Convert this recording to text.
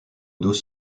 dos